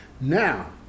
now